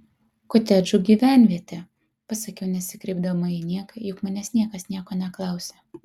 kotedžų gyvenvietė pasakiau nesikreipdama į nieką juk manęs niekas nieko neklausė